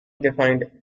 defined